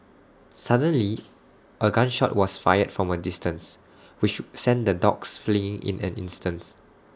suddenly A gun shot was fired from A distance which sent the dogs fleeing in an instant